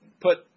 put